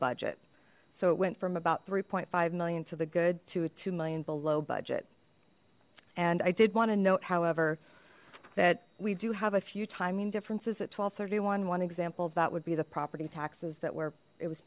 budget so it went from about three point five million to the good to a two million below budget and i did want to note however that we do have a few timing differences at twelve thirty one one example of that would be the property taxes that were it was